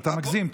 אתה מגזים.